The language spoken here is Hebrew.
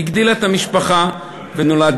המשפחה גדלה,